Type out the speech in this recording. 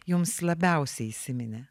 jums labiausiai įsiminė